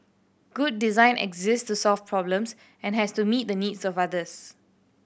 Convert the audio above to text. good design exists to solve problems and has to meet the needs of others